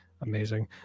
amazing